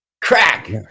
Crack